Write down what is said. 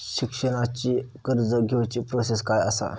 शिक्षणाची कर्ज घेऊची प्रोसेस काय असा?